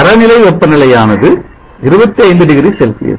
தர நிலை வெப்பநிலையானது 25 டிகிரி செல்சியஸ்